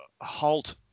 Halt